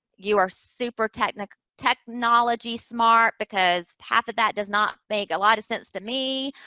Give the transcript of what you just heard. you are super technology technology smart, because half of that does not make a lot of sense to me.